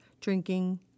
drinking